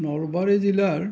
নলবাৰী জিলাৰ